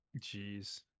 Jeez